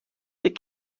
die